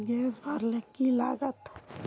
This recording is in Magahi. गैस भरले की लागत?